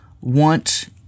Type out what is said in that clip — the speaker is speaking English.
want